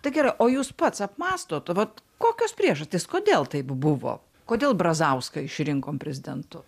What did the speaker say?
tai gerai o jūs pats apmąstot vat kokios priežastys kodėl taip buvo kodėl brazauską išrinkom prezidentu